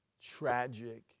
tragic